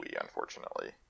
unfortunately